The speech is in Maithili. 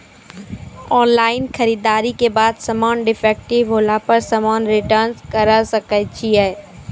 ऑनलाइन खरीददारी के बाद समान डिफेक्टिव होला पर समान रिटर्न्स करे सकय छियै?